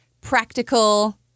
practical